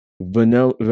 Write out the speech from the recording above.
Vanilla